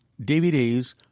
DVDs